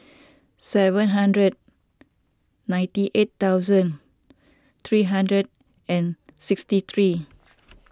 seven hundred ninety eight thousand three hundred and sixty three